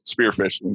spearfishing